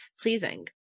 pleasing